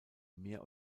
mehr